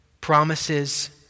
promises